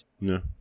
No